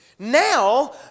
Now